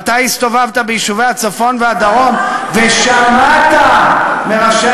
מתי הסתובבת ביישובי הצפון והדרום ושמעת מראשי